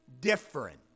different